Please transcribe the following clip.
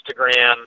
Instagram